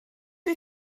wyt